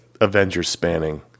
Avengers-spanning